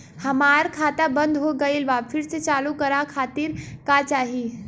हमार खाता बंद हो गइल बा फिर से चालू करा खातिर का चाही?